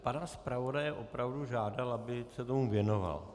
Já bych pana zpravodaje opravdu žádal, aby se tomu věnoval.